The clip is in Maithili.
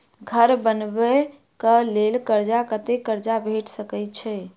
घर बनबे कऽ लेल कर्जा कत्ते कर्जा भेट सकय छई?